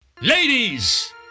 Ladies